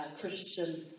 Christian